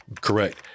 Correct